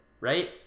right